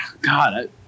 God